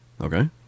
Okay